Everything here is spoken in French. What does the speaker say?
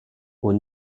aux